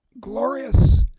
glorious